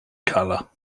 color